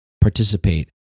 participate